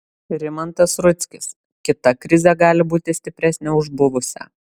rimantas rudzkis kita krizė gali būti stipresnė už buvusią